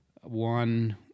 one